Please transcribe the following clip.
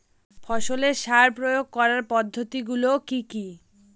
ফসলের সার প্রয়োগ করার পদ্ধতি গুলো কি কি?